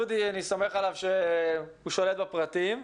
דודי, אני סומך עליו שהוא שולט בפרטים.